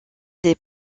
des